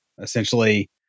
Essentially